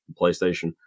PlayStation